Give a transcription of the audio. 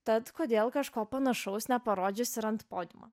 tad kodėl kažko panašaus neparodžiusi ir ant podiumo